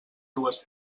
dues